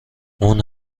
اون